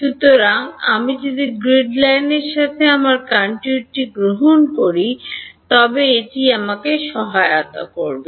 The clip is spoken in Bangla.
সুতরাং আমি যদি গ্রিড লাইনের সাথে আমার কনট্যুরটি গ্রহণ করি তবে এটি আমাকে সহায়তা করবে